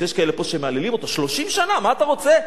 שיש כאלה פה שמהללים אותו: 30 שנה, מה אתה רוצה?